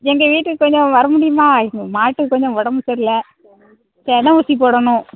எங்கள் வீட்டுக்கு கொஞ்சம் வர முடியுமா மாட்டுக்கு கொஞ்சம் உடம்பு சரியில்ல செனை ஊசி போடணும்